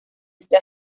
este